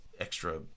extra